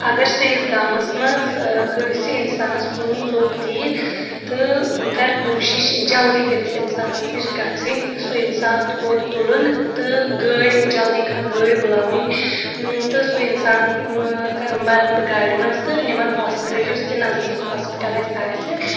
اگر سأنِس گامس منٛز کأنٛسہِ اِنسانس ہوٗن ژوٚپ دِیہِ تہٕ بہٕ کر کوٗشِش جلد تٔمِس اِنسانس نِش گژٔھنۍ سُہ اِنسان تھوٚد تُلُن تہٕ گٲڑۍ جلدی کانٛہہ گأڑۍ بُلاوٕنۍ تہٕ سُہ اِنسان برن بہٕ گاڑِ منٛز تہٕ نِمن ہاسپِٹل یُس تہِ نزدیٖک ہاسپٹل اَسہِ آسہِ